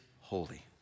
holy